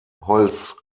holz